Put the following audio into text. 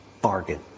Bargain